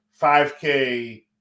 5K